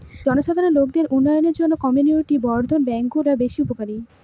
জনসাধারণ লোকদের উন্নয়নের জন্য কমিউনিটি বর্ধন ব্যাঙ্কগুলা বেশ উপকারী